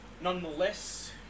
Nonetheless